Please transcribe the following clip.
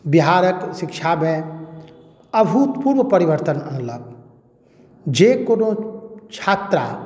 बिहारक शिक्षामे अभूतपूर्व परिवर्तन अनलक जे कोनो छात्रा